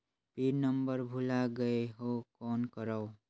Pin number भुला गयें हो कौन करव?